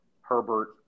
herbert